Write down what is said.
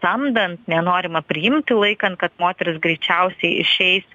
samdant nenorima priimti laikant kad moteris greičiausiai išeis